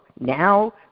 Now